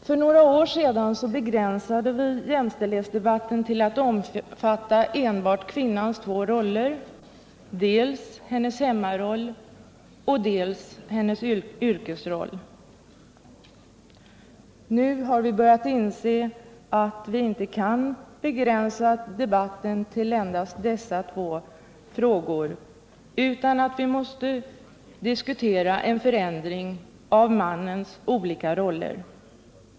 För några år sedan begränsade vi jämställdhetsdebatten till att omfatta enbart kvinnans två roller: hemmarollen och yrkesrollen. Nu har vi börjat inse att vi inte kan begränsa debatten till dessa två frågor utan att vi också måste diskutera en förändring av mannens olika roller.